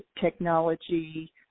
technology